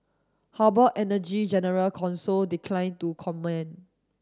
Harbour Energy general counsel declined to comment